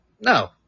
No